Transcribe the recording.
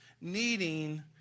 needing